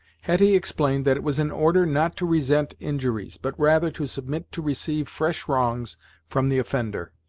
hetty explained that it was an order not to resent injuries, but rather to submit to receive fresh wrongs from the offender.